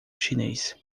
chinês